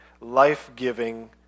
life-giving